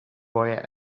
boy